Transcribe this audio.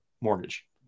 mortgage